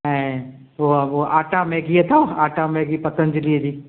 ऐं पोहा उहा आटा मैगी अथव आटा मैगी पतंजलीअ जी